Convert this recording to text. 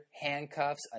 handcuffs